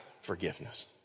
forgiveness